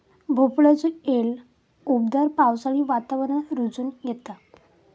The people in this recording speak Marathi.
भोपळ्याचो येल उबदार पावसाळी वातावरणात रुजोन येता